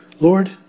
Lord